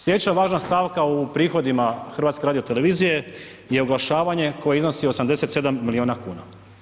Slijedeća važna stavka u prihodima HRT-a je oglašavanje koje iznosi 87 milijuna kuna.